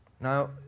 now